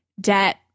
debt